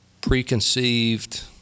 preconceived